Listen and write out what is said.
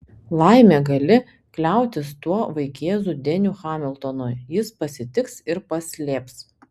laimė gali kliautis tuo vaikėzu deniu hamiltonu jis pasitiks ir paslėps